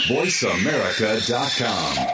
VoiceAmerica.com